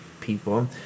people